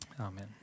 amen